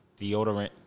deodorant